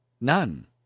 None